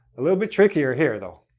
a little bit trickier here, though.